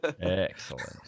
Excellent